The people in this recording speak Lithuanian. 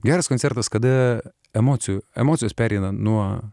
geras koncertas kada emocijų emocijos pereina nuo